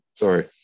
Sorry